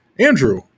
Andrew